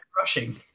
rushing